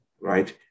right